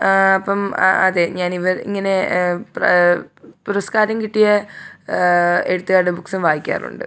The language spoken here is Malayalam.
അപ്പം അതെ ഞാൻ ഇങ്ങനെ പുരസ്കാരം കിട്ടിയ എഴുത്തുകാരുടെ ബുക്ക്സും വായിക്കാറുണ്ട്